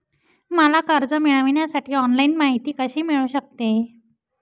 मला कर्ज मिळविण्यासाठी ऑनलाइन माहिती कशी मिळू शकते?